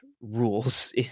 rules